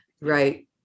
Right